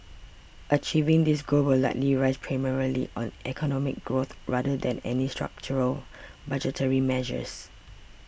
achieving this goal will likely rest primarily on economic growth rather than any structural budgetary measures